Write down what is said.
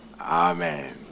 Amen